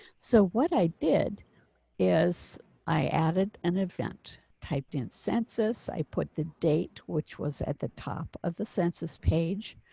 so what i did is i added an event typed in census. i put the date, which was at the top of the census page.